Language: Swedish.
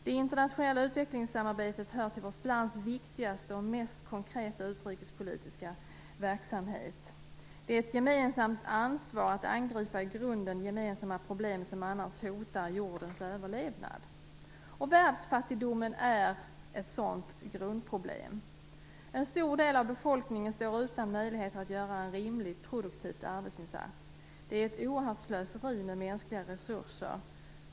Det internationella utvecklingssamarbetet hör till vårt lands viktigaste och mest konkreta utrikespolitiska verksamheter. Det är ett gemensamt ansvar att angripa i grunden gemensamma problem, som annars hotar jordens överlevnad. Världsfattigdomen är ett sådant grundproblem. En stor del av befolkningen står utan möjligheter att göra en rimligt produktiv arbetsinsats. Det är ett oerhört slöseri med mänskliga resurser.